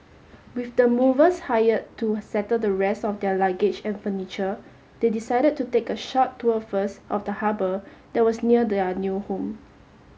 with the movers hired to settle the rest of their luggage and furniture they decided to take a short tour first of the harbour that was near their new home